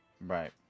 Right